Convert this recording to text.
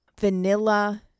vanilla